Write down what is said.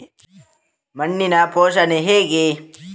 ಮಣ್ಣಿನ ಪೋಷಣೆ ಹೇಗೆ?